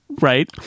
right